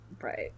Right